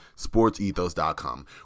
SportsEthos.com